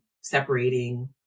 separating